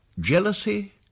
Jealousy